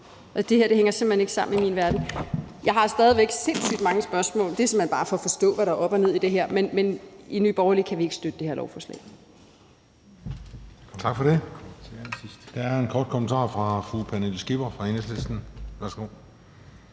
Og det her hænger simpelt hen ikke sammen i min verden. Jeg har stadig væk sindssygt mange spørgsmål, og det er simpelt hen bare for at forstå, hvad der er op og ned i det her. Men i Nye Borgerlige kan vi ikke støtte det her lovforslag.